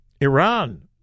Iran